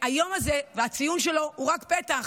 והיום הזה והציון שלו הוא רק פתח.